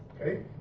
Okay